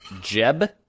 Jeb